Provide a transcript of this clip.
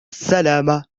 السلامة